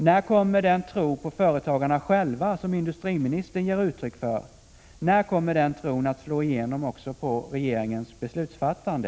När kommer den tro på företagarna själva som industriministern ger uttryck för att slå igenom också på regeringens beslutsfattande?